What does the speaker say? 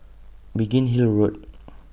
Biggin Hill Road